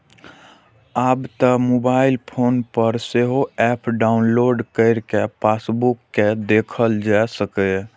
आब तं mobile phone पर सेहो एप डाउलोड कैर कें पासबुक कें देखल जा सकैए